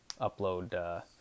upload